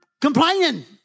complaining